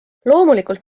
loomulikult